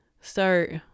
start